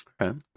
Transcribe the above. Okay